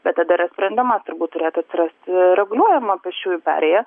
bet tada yra sprendimas turbūt turėtų atsirasti reguliuojama pėsčiųjų perėja